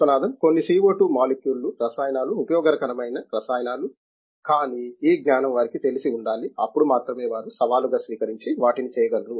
విశ్వనాథన్ కొన్ని CO2 molecule లు రసాయనాలు ఉపయోగకరమైన రసాయనాలు కానీ ఈ జ్ఞానం వారికి తెలిసి ఉండాలి అప్పుడు మాత్రమే వారు సవాలును స్వీకరించి వాటిని చేయగలరు